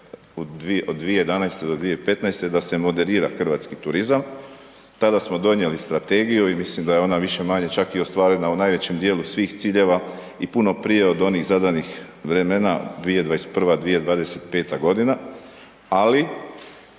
od 2011. do 20015. da se moderira hrvatski turizam, tada smo donijeli strategiju i mislim da je ona više-manje čak i ostvarena u najvećem dijelu svih ciljeva i puno prije od onih zadanih vremena 2021., 2025. godina, ali